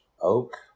oak